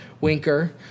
Winker